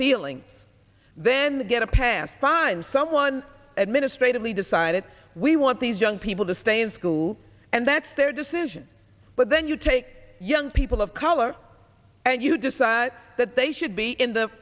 feeling then get a pass to find someone administratively decided we want these young people to stay in school and that's their decision but then you take young people of color and you decide that they should be in the